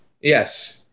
yes